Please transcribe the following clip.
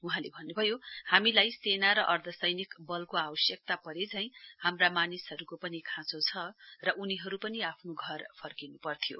वहाँले भन्न्भयो हामीलाई सेना र अर्धसैनिक बलको आवश्यकता परे झैं हाम्रो मानिसहरूको पनि खाँचो छ र उनीहरू पनि आफ्नो घर फर्किन्पर्थ्यो